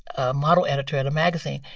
a model editor at a magazine,